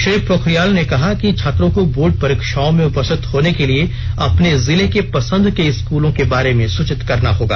श्री पोखरियाल ने कहा कि छात्रों को बोर्ड परीक्षाओं में उपस्थित होने के लिए अपने जिले के पसंद के स्कूलों के बारे में सूचित करना होगा